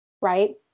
Right